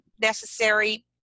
necessary